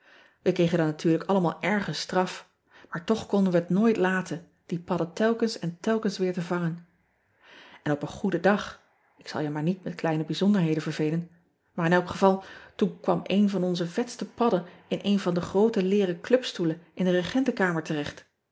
e kregen dan natuurlijk allemaal erge straf maar och konden we het nooit laten die padden telkens en telkens weer te vangen n op een goeden dag ik zal je maar niet met kleine bijzonderheden vervelen maar in elk geval toen kwam een van onze vetste padden in een van de groote leeren clubstoelen in de regentenkamer terecht